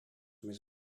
més